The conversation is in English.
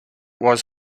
was